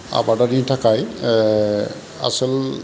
आबादारिनि थाखाय आसोल